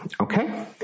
okay